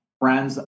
friends